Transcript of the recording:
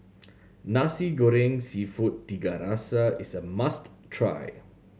Nasi Goreng Seafood Tiga Rasa is a must try